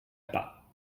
pas